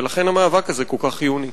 ולכן המאבק הזה כל כך חיוני.